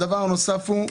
הדבר הנוסף הוא,